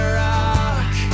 rock